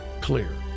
clear